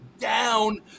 down